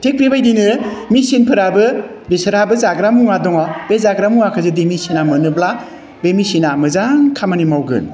थिक बेबायदिनो मेसिनफोराबो बिसोरहाबो जाग्रा मुवा दङ बे जाग्रा मुवाखौ जुदि मेसिना मोनोब्ला बे मेसिना मोजां खामानि मावगोन